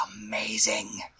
amazing